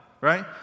right